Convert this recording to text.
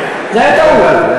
זו הייתה טעות.